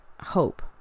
hope